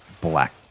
black